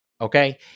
okay